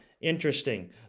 interesting